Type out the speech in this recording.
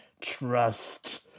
trust